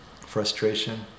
frustration